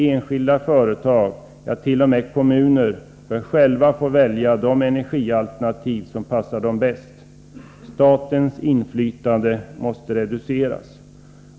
Enskilda företag, ja, t.o.m. kommuner, bör själva få välja de energialternativ som passar dem bäst. Statens inflytande måste reduceras.